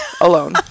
alone